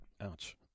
ouch